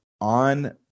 on